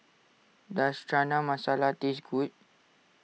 does Chana Masala taste good